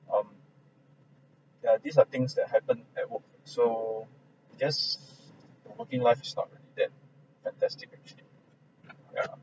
um yeah these are things that happened at work so I guess the working life is not that fantastic actually yeah